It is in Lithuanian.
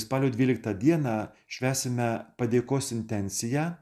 spalio dvyliktą dieną švęsime padėkos intencija